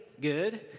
Good